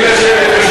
תודה.